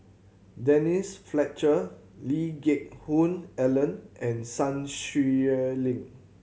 Denise Fletcher Lee Geck Hoon Ellen and Sun Xueling